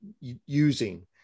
using